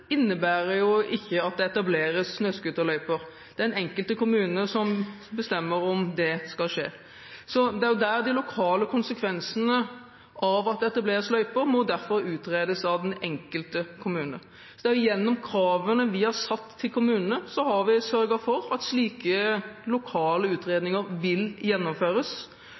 innebærer ikke at det etableres snøscooterløyper. Det er den enkelte kommune som bestemmer om det skal skje. De lokale konsekvensene av at det etableres løyper, må derfor utredes av den enkelte kommune. Gjennom kravene vi har stilt til kommunene, har vi sørget for at slike lokale utredninger vil gjennomføres.